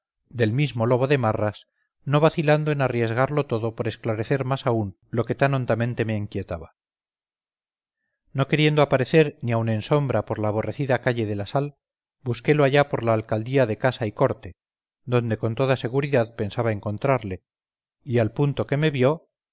del mismo lobo de marras no vacilando en arriesgarlo todo por esclarecer más aún que tan hondamente me inquietaba no queriendo aparecer ni aun en sombra por la aborrecida calle de la sal busquelo allá por la alcaldía de casa y corte donde con toda seguridad pensaba encontrarle y al punto que me vio